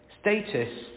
Status